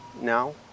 now